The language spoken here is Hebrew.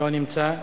לא נמצא.